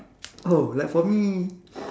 oh like for me